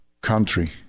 country